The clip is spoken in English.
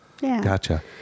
gotcha